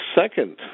second